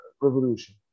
revolution